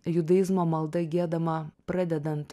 judaizmo malda giedama pradedant